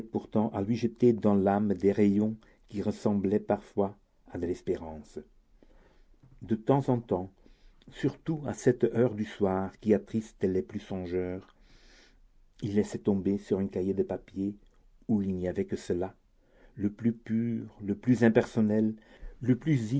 pourtant à lui jeter dans l'âme des rayons qui ressemblaient parfois à de l'espérance de temps en temps surtout à cette heure du soir qui attriste le plus les songeurs il laissait tomber sur un cahier de papier où il n'y avait que cela le plus pur le plus impersonnel le plus